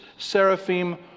Seraphim